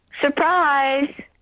surprise